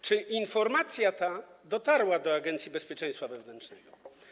Czy informacja ta dotarła do Agencji Bezpieczeństwa Wewnętrznego?